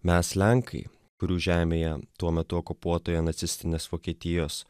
mes lenkai kurių žemėje tuo metu okupuotoje nacistinės vokietijos